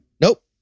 Nope